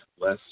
less